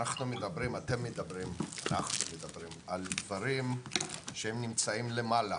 אנחנו מדברים על דברים שהם נמצאים למעלה,